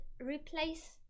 replace